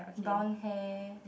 brown hair